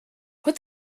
put